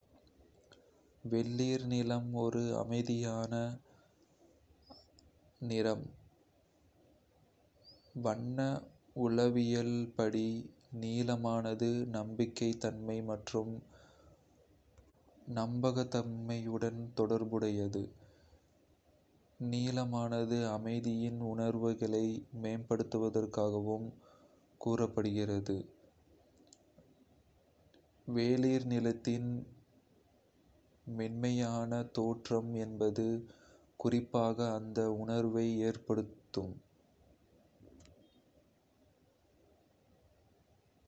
வெளிர் நீலம் ஒரு அமைதியான, அமைதியான நிறம். வண்ண உளவியலின் படி, நீலமானது நம்பகத்தன்மை மற்றும் நம்பகத்தன்மையுடன் தொடர்புடையது. நீலமானது அமைதியின் உணர்வுகளை மேம்படுத்துவதாகவும் கூறப்படுகிறது; வெளிர் நீலத்தின் மென்மையான தோற்றம் என்பது குறிப்பாக அந்த உணர்வை ஏற்படுத்தும்.